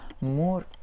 more